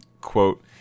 Quote